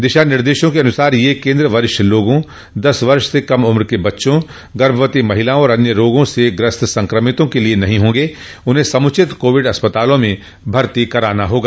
दिशा निर्देशों के अनुसार ये केन्द्र वरिष्ठ लोगों दस वर्ष से कम उम्र के बच्चों गर्भवती महिलाओं और अन्य रोगों से ग्रस्त संक्रमितों के लिए नहीं होंगे उन्हें समुचित कोविड अस्पतालों में भर्ती कराना होगा